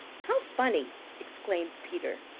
how funny! exclaimed peter.